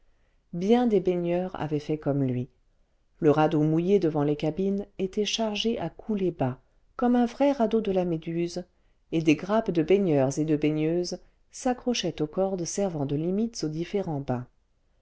bien des baigneurs avaient fait comme lui le radeau mouillé devant les cabines était chargé à couler bas comme un vrai radeau de la méduse et des grappes de baigneurs et de baigneuses s'accrochaient aux cordes servant de limites aux différents bains